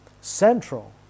central